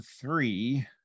three